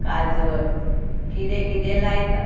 काजळ कितें कितें लायतात